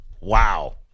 Wow